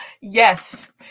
Yes